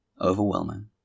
overwhelming